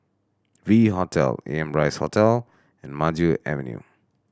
V Hotel Amrise Hotel and Maju Avenue